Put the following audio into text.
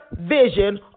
vision